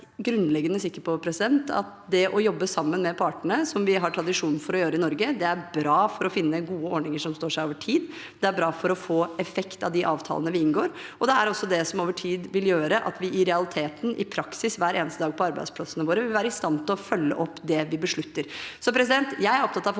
sikker på at det å jobbe sammen med partene, som vi har tradisjon for å gjøre i Norge, er bra for å finne gode ordninger som står seg over tid, og for å få effekt av de avtalene vi inngår, og det er også det som over tid vil gjøre at vi i realiteten, i praksis hver eneste dag på arbeidsplassene våre, vil være i stand til å følge opp det vi beslutter.